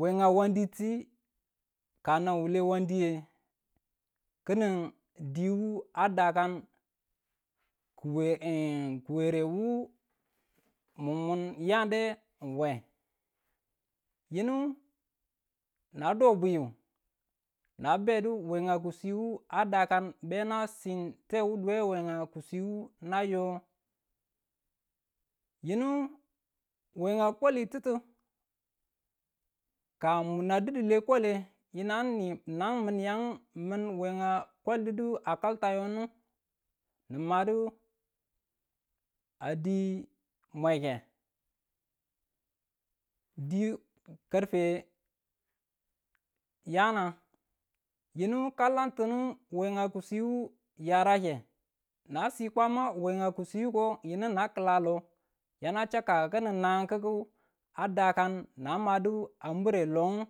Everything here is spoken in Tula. wenge wanditiu ka nanwule wandiye kinidiu adakan kuwe kuwerewu mun mun yande wee, yinu na do bwiyu, na bedu wenga kiswiwu adakan benang siin tewuduwe wenga kiswiwu na yo, yinu wenga kwalitutu, ka muna dudule dikwale yinang mini tang mun wenga kwaldudu a kaltayonu, nu madu a dii mweke, dii karfe yaanang yinu kalatunu wenga ki swiwu yarange na sii kwama wenge ki swi wuko yinu na kalalo yana chakkaku kinu nanang kiku adakan nan madu a mure long.